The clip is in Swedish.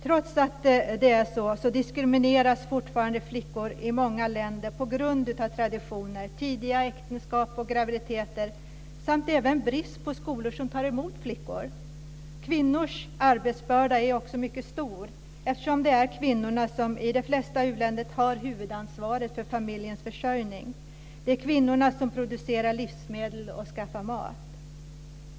Trots att det är så diskrimineras fortfarande flickor i många länder på grund av traditioner, tidiga äktenskap och graviditeter, samt även brist på skolor som tar emot flickor. Kvinnors arbetsbörda är också mycket stor, eftersom det är kvinnorna som i de flesta u-länder tar huvudansvaret för familjens försörjning. Det är kvinnorna som producerar livsmedel och skaffar mat.